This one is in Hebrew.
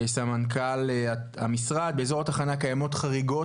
סמנכ"ל המשרד באזור התחנה קיימות חריגות